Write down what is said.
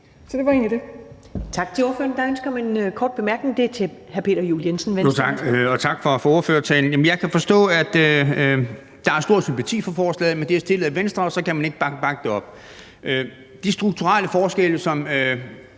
Peter Juel-Jensen, Venstre. Værsgo. Kl. 10:32 Peter Juel-Jensen (V): Tak, og tak for ordførertalen. Jeg kan forstå, at der er stor sympati for forslaget, men da det er stillet af Venstre, kan man ikke bakke det op. De strukturelle forskelle, som